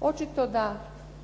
Očito da